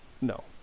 no